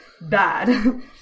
bad